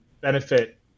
benefit